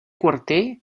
quarter